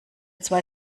zwei